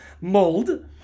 mold